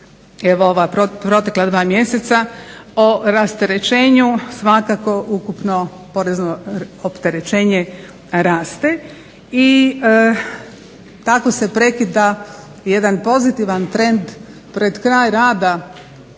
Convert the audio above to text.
evo ova protekla dva mjeseca o rasterećenju svakako ukupno porezno opterećenje raste i tako se prekida jedan pozitivan trend pred kraj rada